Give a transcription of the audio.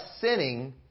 sinning